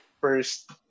First